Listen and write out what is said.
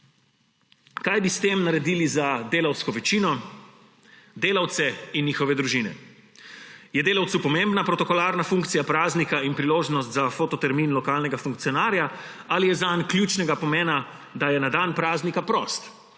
Kaj bi s tem naredili za delavsko večino, delavce in njihove družine? Je delavcu pomembna protokolarna funkcija praznika in priložnost za fototermin lokalnega funkcionarja ali je zanj ključnega pomena, da je na dan praznika prost,